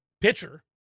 pitcher